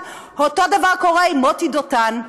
אותו דבר קורה עם מוטי דותן,